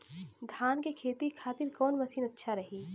धान के खेती के खातिर कवन मशीन अच्छा रही?